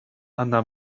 она